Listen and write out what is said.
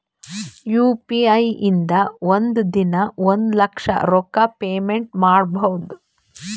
U P I ಇಂದ ಒಂದ್ ದಿನಾ ಒಂದ ಲಕ್ಷ ರೊಕ್ಕಾ ಪೇಮೆಂಟ್ ಮಾಡ್ಬೋದ್